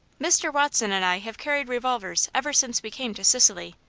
mr. watson and i have carried revolvers ever since we came to sicily,